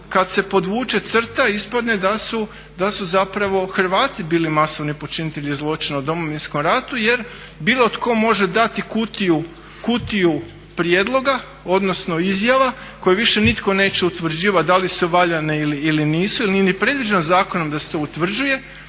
kad se podvuče crta ispadne da su zapravo Hrvati bili masovni počinitelji zločina u Domovinskom ratu. Jer bilo tko može dati kutiju prijedloga, odnosno izjava koje više nitko neće utvrđivati da li su valjane ili nisu ili nije ni predviđeno zakonom da se to utvrđuje